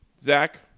Zach